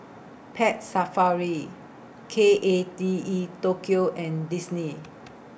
Pet Safari K A T E Tokyo and Disney